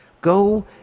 go